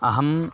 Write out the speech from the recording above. अहम्